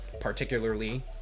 particularly